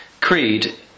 Creed